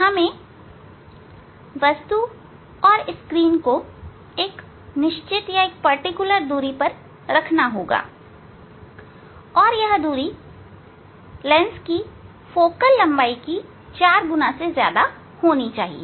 हमें वस्तु और स्क्रीन को एक निश्चित दूरी पर रखना होगा और वह दूरी लेंस की फोकल लंबाई से 4 गुना ज्यादा होनी चाहिए